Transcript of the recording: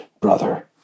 brother